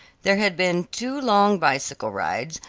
there had been two long bicycle rides,